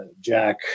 Jack